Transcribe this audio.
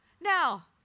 Now